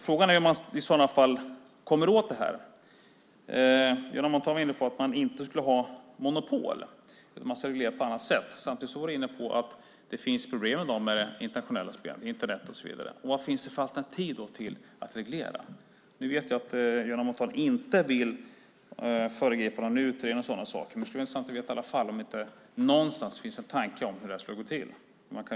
Frågan är hur man kommer åt detta. Göran Montan var inne på att man inte skulle ha monopol utan att man ska reglera det på annat sätt. Samtidigt var han inne på att det finns problem med internationella spel på Internet och så vidare. Vilka alternativ finns det till att reglera? Jag vet att Göran Montan inte vill föregripa utredningen och så vidare. Men jag skulle ändå vilja veta om det inte någonstans finns en tanke om hur detta ska gå till.